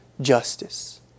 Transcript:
justice